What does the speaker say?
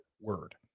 word